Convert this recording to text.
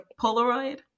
Polaroid